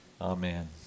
amen